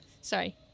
Sorry